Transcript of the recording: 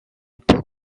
époque